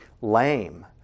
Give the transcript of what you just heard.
lame